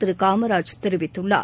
திரு காமராஜ் தெரிவித்துள்ளார்